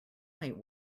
might